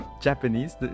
Japanese